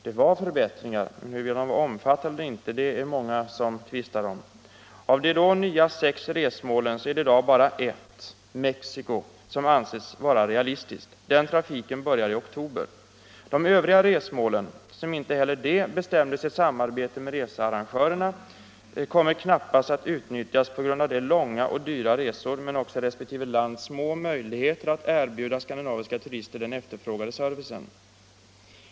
Det var förbättringar, men huruvida de var omfattande eller inte tvistas det om på många håll. Av de då nya sex resmålen är det i dag bara ett — Mexico — som anses vara realistiskt. Den trafiken börjar i oktober. De övriga resmålen - som inte heller de bestämdes i samråd med researrangörerna - kommér knappast att utnyttjas på grund av långa och dyra resor men också på grund av resp. länders små möjligheter att erbjuda skandinaviska turister den efterfrågade servicen.